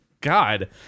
God